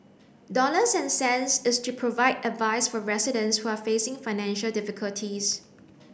dollars and cents is to provide advice for residents who are facing financial difficulties